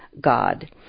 God